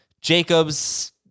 Jacobs